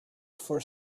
for